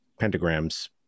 pentagrams